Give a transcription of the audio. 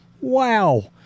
Wow